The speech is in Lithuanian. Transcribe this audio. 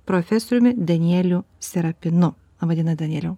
profesoriumi danieliu serapinu laba diena danieliau